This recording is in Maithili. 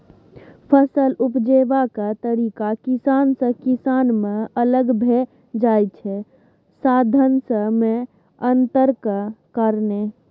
फसल उपजेबाक तरीका किसान सँ किसान मे अलग भए जाइ छै साधंश मे अंतरक कारणेँ